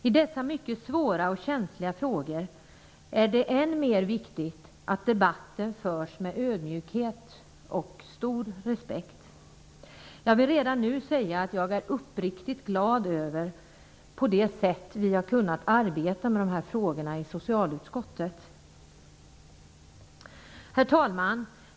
I dessa mycket svåra och känsliga frågor är det än mer viktigt att debatten förs med ödmjukhet och stor respekt. Jag vill redan nu säga att jag är uppriktigt glad över det sätt på vilket vi har kunnat arbeta med dessa frågor i socialutskottet. Herr talman!